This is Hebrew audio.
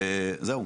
וזהו.